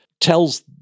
tells